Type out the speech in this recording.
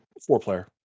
Four-player